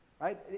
right